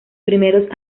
primeros